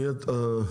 בעצם,